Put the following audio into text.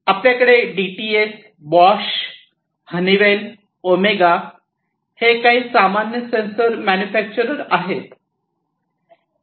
आपल्याकडे DTS Bosch Honeywell Omega हे काही सामान्य सेन्सर मॅन्युफॅक्चरर आहेत